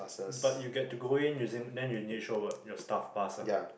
but you get to go in using then you need to show work your staff pass ah